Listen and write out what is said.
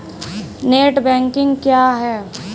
Net banking क्या है?